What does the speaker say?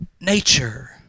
nature